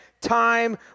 time